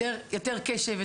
יותר קשב,